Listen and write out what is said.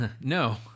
No